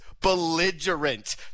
belligerent